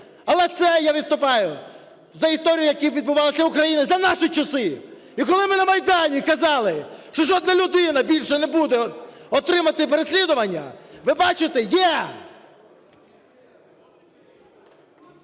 Але це я виступаю за історії, які відбувалися в Україні за наші часи. І коли ми на Майдані казали, що жодна людина більше не буде отримувати переслідування, ви бачите – є!